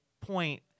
point